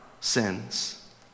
sins